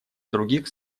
других